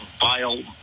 vile